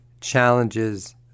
challenges